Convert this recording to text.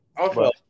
Okay